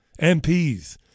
MPs